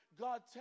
God